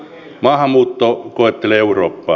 maahanmuutto koettelee eurooppaa